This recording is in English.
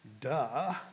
Duh